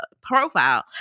profile